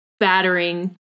battering